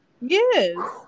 Yes